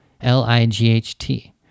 L-I-G-H-T